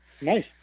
Nice